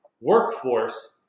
workforce